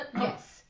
Yes